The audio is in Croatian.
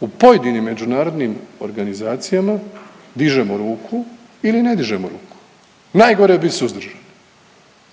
u pojedinim međunarodnim organizacijama dižemo ruku ili ne dižemo ruku. Najgore je bit suzdržan.